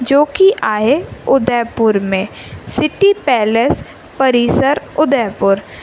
जोकी आहे उदयपुर में सिटी पैलेस परिसर उदयपुर